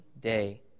day